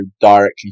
directly